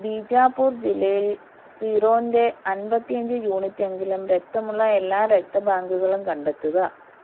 ബീജാപൂർ ജില്ലയിൽ സീറോന്റെ അന്പത്തി അഞ്ച് യൂണിറ്റ് എങ്കിലും രക്തമുള്ള എല്ലാ രക്തബാങ്കുകളും കണ്ടെത്തുക